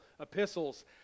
epistles